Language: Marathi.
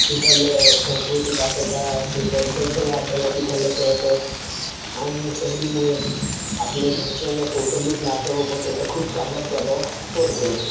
तिथलं संस्कृतिक असेल काय असेल कल्चर सगळं आपल्याला तिथलं कळतं आणि हे सहलीमुळे आपल्या घरच्यांना कौटुंबिक नात्यावरत्याचा खूप चांगला प्रभाव पडतो